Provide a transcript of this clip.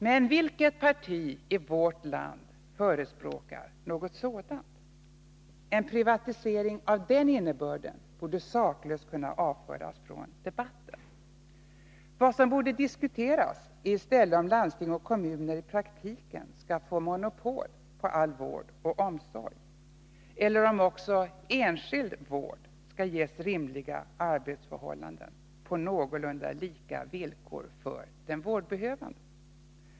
Men vilket parti i vårt land förespråkar något sådant? En privatisering av den innebörden borde saklöst kunna avföras från debatten. Vad som borde diskuteras är i stället om landsting och kommuner i praktiken skall få monopol på all vård och omsorg eller om också enskild vård skall ges rimliga arbetsförhållanden på någorlunda lika villkor för den vårdbehövande.